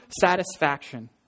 satisfaction